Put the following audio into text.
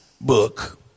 book